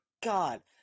God